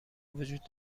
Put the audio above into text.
وجود